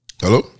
Hello